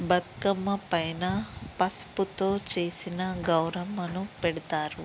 బతుకమ్మ పైన పసుపుతో చేసిన గౌరమ్మను పెడతారు